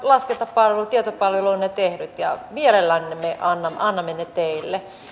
eduskunnan tietopalvelu on ne tehnyt ja mielellään me annamme ne teille